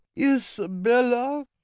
Isabella